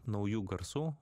naujų garsų